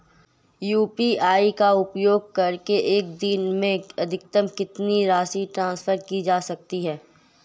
UPI का उपयोग करके एक दिन में अधिकतम कितनी राशि ट्रांसफर की जा सकती है?